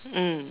mm